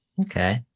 Okay